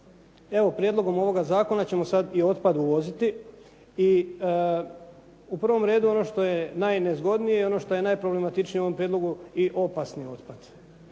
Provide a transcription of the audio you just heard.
Evo, prijedlogom ovoga zakona ćemo sad i otpad uvoziti i u prvom redu ono što je najnezgodnije, ono što je najproblematičnije u ovom prijedlogu i opasni otpad.